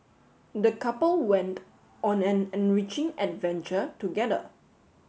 the couple went on an enriching adventure together